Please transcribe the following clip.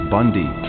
Bundy